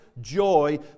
joy